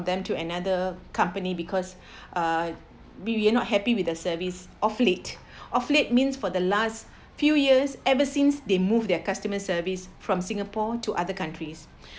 them to another company because uh we we are not happy with the service of late of late means for the last few years ever since they move their customer service from singapore to other countries